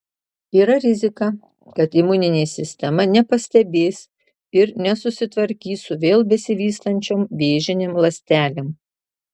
yra rizika kad imuninė sistema nepastebės ir nesusitvarkys su vėl besivystančiom vėžinėm ląstelėm